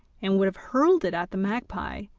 and would have hurled it at the magpie,